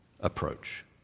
approach